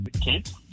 kids